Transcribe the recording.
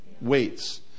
Weights